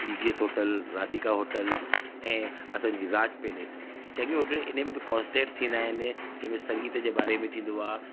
बीजिअस hotel Radhika hotel ऐं असांजी Raj palace चङियूं होटल इन जंहिंमे कॉंस्टेंट थींदा आहिनि जंहिंमे संगीत जे बारे में थींदो आहे